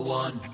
one